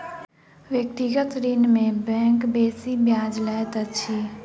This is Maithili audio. व्यक्तिगत ऋण में बैंक बेसी ब्याज लैत अछि